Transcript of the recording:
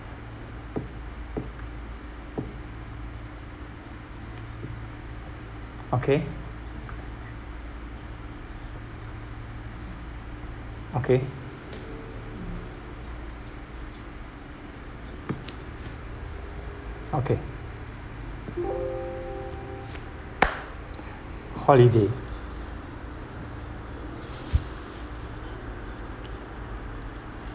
okay okay okay holiday